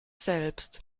selbst